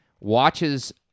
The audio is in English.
watches